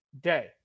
day